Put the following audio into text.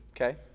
Okay